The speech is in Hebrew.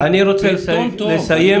אתם רוצים שאני אנעל את הדיון?